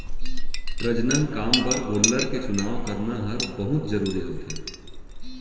प्रजनन काम बर गोलर के चुनाव करना हर बहुत जरूरी होथे